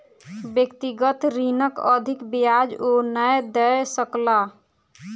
व्यक्तिगत ऋणक अधिक ब्याज ओ नै दय सकला